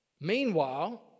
Meanwhile